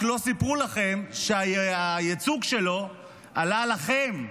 רק לא סיפרו לכם שהייצוג שלו עלה לכם,